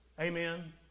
amen